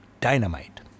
dynamite